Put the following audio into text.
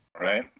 right